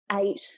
eight